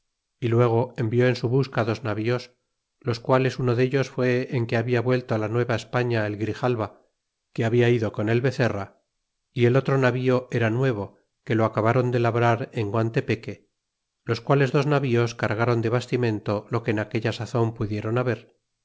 y luego envió en su busca dos navíos los quales uno dellos fué en que habia vuelto la nueva españa el grijalva que habia ido con el bezerra y el otro navío era nuevo que lo acabron de labrar en guantepeque los quales dos navíos cargron de bastimento lo que en aquella samin pudieron haber